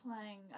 playing